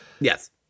yes